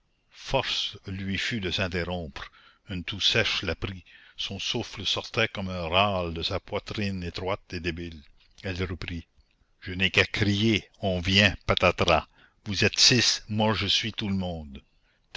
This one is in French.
force lui fut de s'interrompre une toux sèche la prit son souffle sortait comme un râle de sa poitrine étroite et débile elle reprit je n'ai qu'à crier on vient patatras vous êtes six moi je suis tout le monde